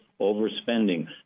overspending